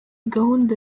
gahunda